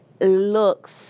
looks